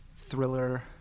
thriller